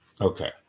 Okay